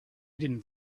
didn’t